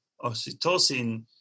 oxytocin